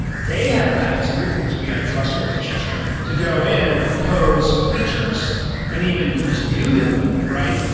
they have latitude, because we have a trust relationship to go in and propose features and even just do them, right?